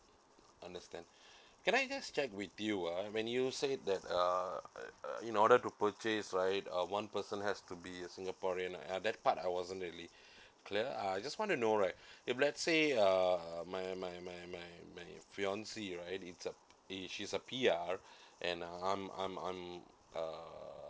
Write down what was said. understand can I just check with you uh when you say that uh uh in order to purchase right uh one person has to be a singaporean uh that part I wasn't really clear uh I just wanna know right if let say uh my my my my my fiance right it's a the she's a P_R and I'm I'm I'm uh